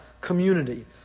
community